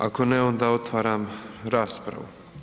Ako ne, onda otvaram raspravu.